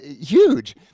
huge